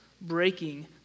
breaking